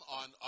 on